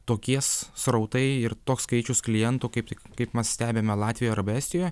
tokies srautai ir toks skaičius klientų kaip kaip mes stebime latvijoj arba estijoj